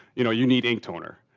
you know. you need ink toner.